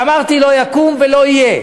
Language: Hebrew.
ואמרתי: לא יקום ולא יהיה.